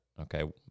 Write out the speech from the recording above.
okay